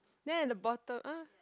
then at the bottom uh